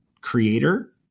creator